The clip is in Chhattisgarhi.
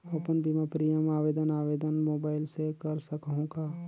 अपन बीमा प्रीमियम आवेदन आवेदन मोबाइल से कर सकहुं का?